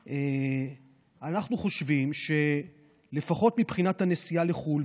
אנחנו חושבים שלפחות מבחינת הנסיעה לחו"ל,